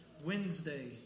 Wednesday